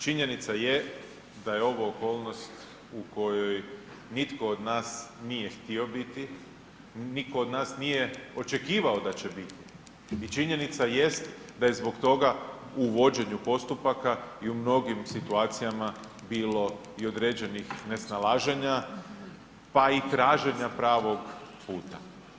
Činjenica je da je ovo okolnost u kojoj nitko od nas nije htio biti, nitko od nas nije očekivao da će biti i činjenica jest da je zbog toga u vođenju postupaka i u mnogim situacijama bilo i određenih nesnalaženja, pa i traženja pravog puta.